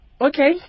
Okay